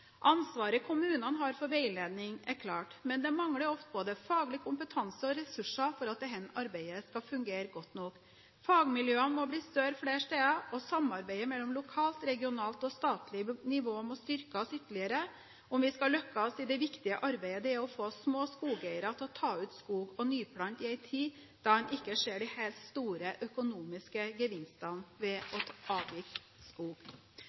Ansvaret kommunene har for veiledning, er klart, men det mangler ofte både faglig kompetanse og ressurser for at dette arbeidet skal fungere godt nok. Fagmiljøene må bli større flere steder, og samarbeidet mellom lokalt, regionalt og statlig nivå må styrkes ytterligere om vi skal lykkes i det viktige arbeidet det er å få små skogeiere til å ta ut skog og nyplante i en tid der en ikke ser de helt store økonomiske gevinstene ved å avvirke skog.